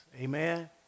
Amen